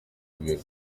biro